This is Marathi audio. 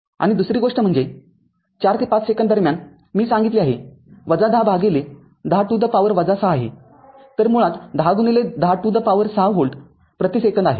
आणि दुसरी गोष्ट म्हणजे ४ ते ५ सेकंद दरम्यान मी सांगितले आहे १० भागिले १० to the power ६ आहे तर मुळात १०१० to the power ६ व्होल्ट प्रति सेकंद आहे